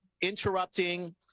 interrupting